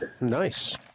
Nice